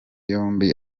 yombi